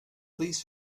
please